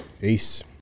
Peace